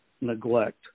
neglect